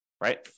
right